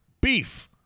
Beef